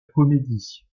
comédie